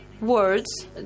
words